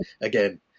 again